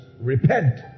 repent